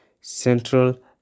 central